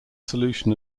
solution